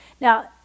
Now